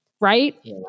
right